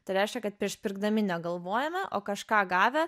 tai reiškia kad prieš pirkdami negalvojame o kažką gavę